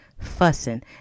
fussing